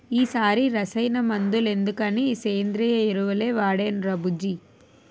ఈ సారి రసాయన మందులెందుకని సేంద్రియ ఎరువులే వాడేనురా బుజ్జీ